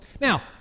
Now